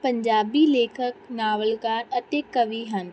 ਪੰਜਾਬੀ ਲੇਖਕ ਨਾਵਲਕਾਰ ਅਤੇ ਕਵੀ ਹਨ